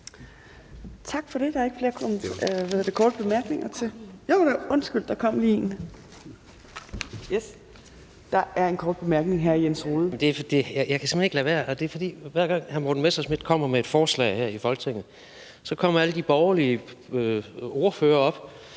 hver gang hr. Morten Messerschmidt kommer med et forslag her i Folketinget, kommer alle de borgerlige ordførere op